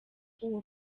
uwo